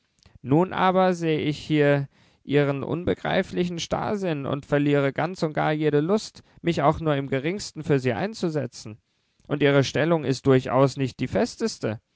nun aber sehe ich hier ihren unbegreiflichen starrsinn und verliere ganz und gar jede lust mich auch nur im geringsten für sie einzusetzen und ihre stellung ist durchaus nicht die festeste